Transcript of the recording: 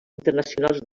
internacionals